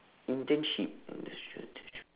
internship industrial attachment